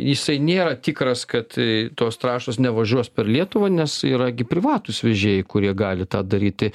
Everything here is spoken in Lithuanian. jisai nėra tikras kad tos trąšos nevažiuos per lietuvą nes yra gi privatūs vežėjai kurie gali tą daryti